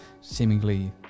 seemingly